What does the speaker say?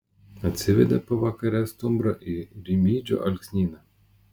atsivedė pavakare stumbrą į rimydžio alksnyną